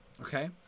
Okay